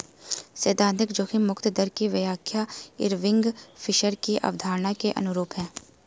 सैद्धांतिक जोखिम मुक्त दर की व्याख्या इरविंग फिशर की अवधारणा के अनुरूप है